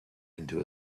into